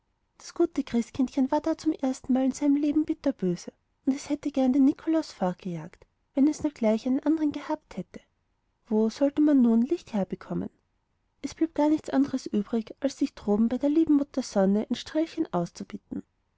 das gute christkindchen war da zum erstenmal in seinem leben bitterböse und es hätte gern den nikolaus fortgejagt wenn es nur gleich einen andern gehabt hätte wo sollte man nun licht herbekommen es blieb gar nichts anders übrig als sich droben bei der lieben mama sonne ein strählchen auszubitten